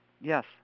Yes